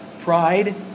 pride